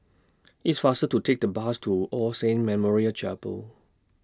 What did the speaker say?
It's faster to Take The Bus to All Saints Memorial Chapel